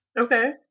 Okay